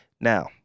Now